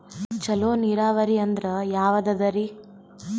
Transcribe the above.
ಚಲೋ ನೀರಾವರಿ ಅಂದ್ರ ಯಾವದದರಿ?